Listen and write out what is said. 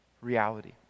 reality